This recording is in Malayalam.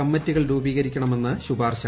കമ്മറ്റികൾ രൂപീകരിക്കണമെന്ന് ശുപാർശ